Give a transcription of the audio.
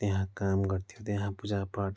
त्यहाँ काम गर्थ्यो त्यहाँ पूजापाठ गर्थ्यो